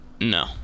No